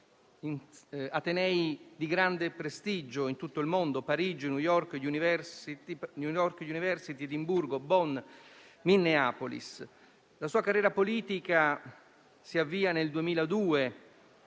atenei di grande prestigio in tutto il mondo: Parigi, New York University, Edimburgo, Bonn, Minneapolis. La sua carriera politica si avvia nel 2002: